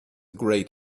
great